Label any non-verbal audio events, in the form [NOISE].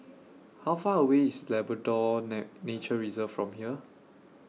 How Far away IS Labrador [UNINTELLIGIBLE] Nature Reserve from here